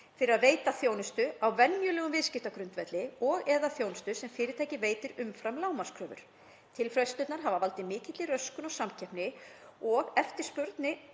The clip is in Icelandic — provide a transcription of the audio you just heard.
fyrir að veita þjónustu á venjulegum viðskiptagrundvelli og/eða þjónustu sem fyrirtækið veitir umfram lágmarkskröfur. Tilfærslurnar hafa valdið mikilli röskun á samkeppni og eftirspurn